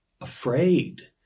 afraid